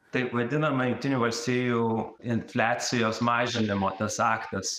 taip vadinama jungtinių valstijų infliacijos mažinimo tas aktas